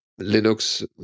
Linux